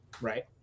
right